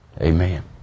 amen